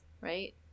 right